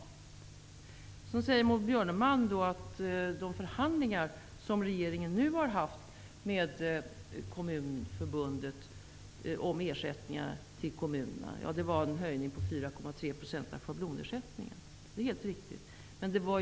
Det är helt riktigt, Maud Björnemalm, att de förhandlingar som regeringen har fört med Kommunförbundet om ersättningar till kommunerna innebar en höjning av schablonersättningen med 4,3 %.